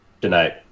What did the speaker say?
tonight